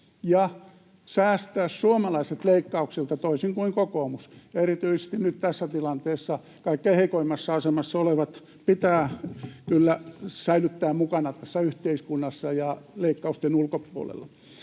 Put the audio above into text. ja säästää suomalaiset leikkauksilta, toisin kuin kokoomus. Ja erityisesti nyt tässä tilanteessa kaikkein heikoimmassa asemassa olevat pitää kyllä säilyttää mukana tässä yhteiskunnassa ja leikkausten ulkopuolella.